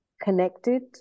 connected